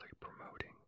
promoting